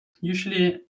Usually